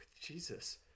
Jesus